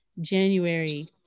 January